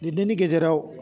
लिरनायनि गेजेराव